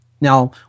Now